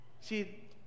See